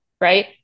right